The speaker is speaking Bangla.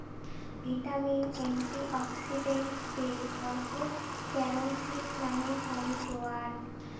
ভিটামিন, এন্টিঅক্সিডেন্টস এ ভরপুর ক্যারম সিড মানে হই জোয়ান